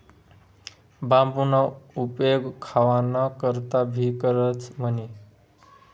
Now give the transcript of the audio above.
बांबूना उपेग खावाना करता भी करतंस म्हणे